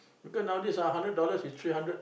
because nowadays ah one hundred dollars is three hundred